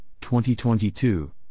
2022